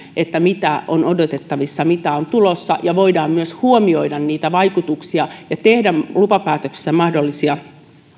mitä on odotettavissa mitä on tulossa ja voidaan myös huomioida niitä vaikutuksia ja tehdä lupapäätöksissä mahdollisia